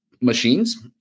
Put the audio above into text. machines